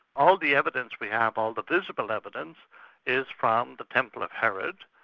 all the evidence we have, all the visible evidence is from the temple of herod,